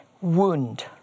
wound